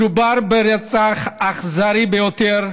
מדובר ברצח אכזרי ביותר,